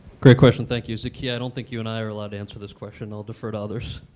great question. thank you. zakiya, i don't think you and i are allowed to answer this question. i'll defer to others.